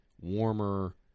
warmer